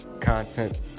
content